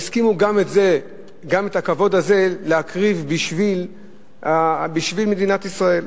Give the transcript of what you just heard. והם הסכימו גם את הכבוד הזה להקריב בשביל מדינת ישראל.